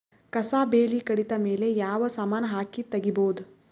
ಕಸಾ ಬೇಲಿ ಕಡಿತ ಮೇಲೆ ಯಾವ ಸಮಾನ ಹಾಕಿ ತಗಿಬೊದ?